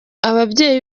ababyeyi